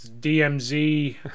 dmz